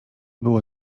było